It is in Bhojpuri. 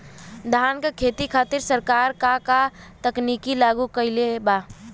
धान क खेती खातिर सरकार का का तकनीक लागू कईले बा?